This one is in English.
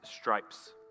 stripes